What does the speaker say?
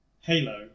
Halo